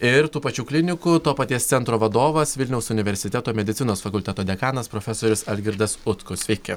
ir tų pačių klinikų to paties centro vadovas vilniaus universiteto medicinos fakulteto dekanas profesorius algirdas utkus sveiki